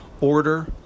Order